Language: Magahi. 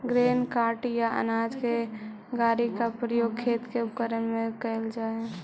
ग्रेन कार्ट या अनाज के गाड़ी के प्रयोग खेत के उपकरण के रूप में कईल जा हई